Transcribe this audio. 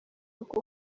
uko